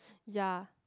yea